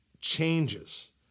changes